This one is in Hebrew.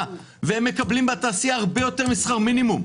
והם מקבלים בתעשייה הרבה יותר משכר מינימום,